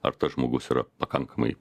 ar tas žmogus yra pakankamai